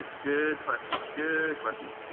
good question. good question.